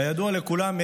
כידוע לכולם,